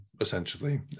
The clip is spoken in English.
essentially